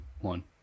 one